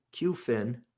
QFIN